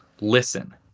Listen